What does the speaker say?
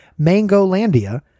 Mangolandia